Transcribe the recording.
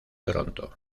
toronto